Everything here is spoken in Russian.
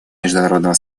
международного